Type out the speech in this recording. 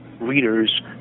readers